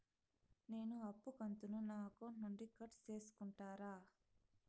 నేను అప్పు కంతును నా అకౌంట్ నుండి కట్ సేసుకుంటారా?